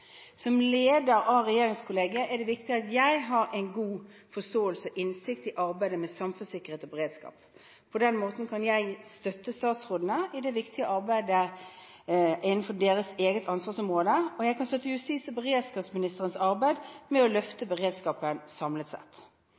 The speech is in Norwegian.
Som leder av regjeringskollegiet er det viktig at jeg har en god forståelse av og innsikt i arbeidet med samfunnssikkerhet og beredskap. På den måten kan jeg støtte statsrådene i det viktige arbeidet innenfor deres eget ansvarsområde, og jeg kan støtte justis- og beredskapsministerens arbeid med å løfte beredskapen samlet sett.